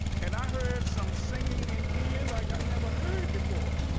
and i heard some sinceing in here like i've never heard before.